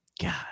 God